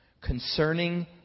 concerning